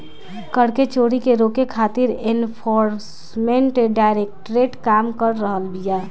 कर चोरी के रोके खातिर एनफोर्समेंट डायरेक्टरेट काम कर रहल बिया